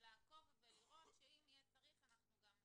לעקוב ולראות שאם יהיה צריך אנחנו גם נעיר.